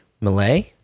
Malay